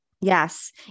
Yes